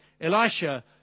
Elisha